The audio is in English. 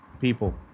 people